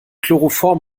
chloroform